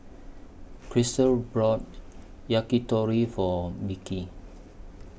Christel brought Yakitori For Mickey